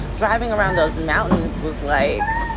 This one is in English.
driving around those mountains was like.